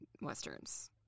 Westerns